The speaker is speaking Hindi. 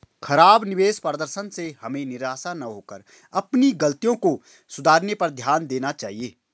खराब निवेश प्रदर्शन से हमें निराश न होकर अपनी गलतियों को सुधारने पर ध्यान देना चाहिए